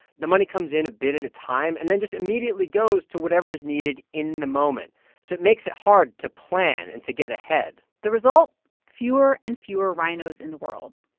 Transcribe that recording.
the money comes in a bit at a time and then just immediately goes to whatever is needed in the moment, so it makes it hard to plan and to get ahead the result fewer and fewer rhinos in the world.